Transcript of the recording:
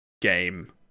game